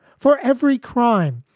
for every crime.